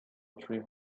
three